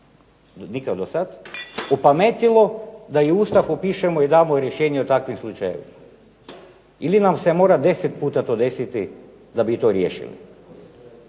nikad do sad, opametilo da u Ustav upišemo i damo rješenje o takvim slučajevima ili nam se mora deset puta to desiti da bi i to riješili.